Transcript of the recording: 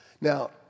Now